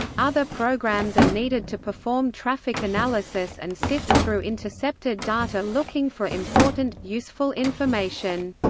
other programs are needed to perform traffic analysis and sift through intercepted data looking for important useful information.